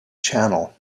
channel